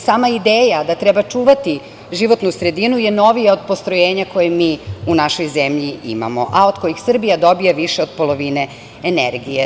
Sama ideja da treba čuvati životnu sredinu je novija od postrojenja koja mi u našoj zemlji imamo, a od kojih Srbija dobija više od polovine energije.